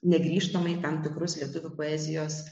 negrįžtamai tam tikrus lietuvių poezijos